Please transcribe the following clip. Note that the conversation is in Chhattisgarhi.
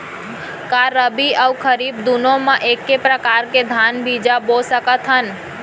का रबि अऊ खरीफ दूनो मा एक्के प्रकार के धान बीजा बो सकत हन?